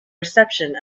reception